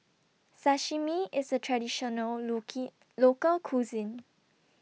Sashimi IS A Traditional Local Cuisine